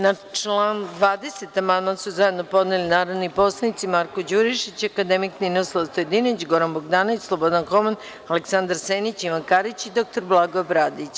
Na član 20. amandman su zajedno podneli narodni poslanici Marko Đurišić, akademik Ninoslav Stojadinović, Goran Bogdanović, Slobodan Homen, Aleksandar Senić, Ivan Karić i dr Blagoje Bradić.